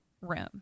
room